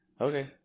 Okay